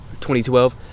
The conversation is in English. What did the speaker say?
2012